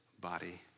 body